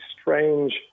strange